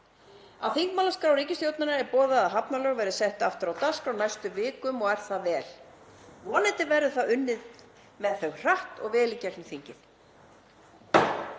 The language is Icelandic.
Á þingmálaskrá ríkisstjórnarinnar er boðað að hafnalög verði sett aftur á dagskrá á næstu vikum og er það vel. Vonandi verður unnið með þau hratt og vel í gegnum þingið.